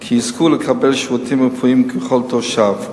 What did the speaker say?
כי יזכו לקבל שירותים רפואיים ככל תושב.